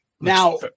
Now